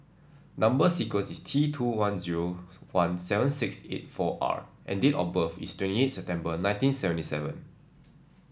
number sequence is T two one zero one seven six eight four R and date of birth is twenty eight September nineteen seventy seven